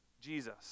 Jesus